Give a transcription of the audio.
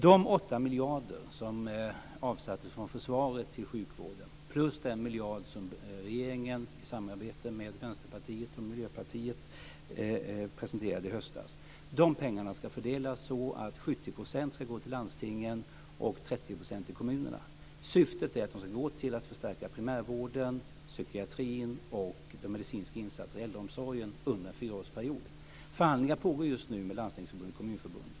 De åtta miljarder som avsattes från försvaret till sjukvården och den miljard som regeringen i samarbete med Vänsterpartiet och Miljöpartiet presenterade i höstas ska fördelas så att 70 % ska gå till landstingen och 30 % till kommunerna. Syftet är att de ska gå till att förstärka primärvården, psykiatrin och de medicinska insatserna i äldreomsorgen under en fyraårsperiod. Förhandlingar pågår just nu med Landstingsförbundet och Kommunförbundet.